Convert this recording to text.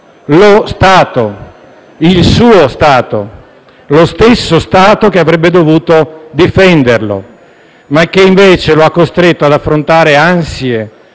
lo Stato, il suo Stato, lo stesso Stato che avrebbe dovuto difenderlo, ma che invece lo ha costretto ad affrontare ansie,